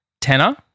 tanner